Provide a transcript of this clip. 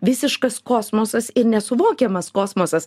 visiškas kosmosas ir nesuvokiamas kosmosas